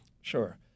Sure